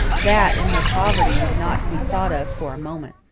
that, in her poverty, was not to be thought of for a moment.